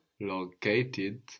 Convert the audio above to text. located